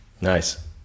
Nice